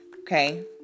okay